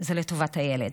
זה לטובת הילד.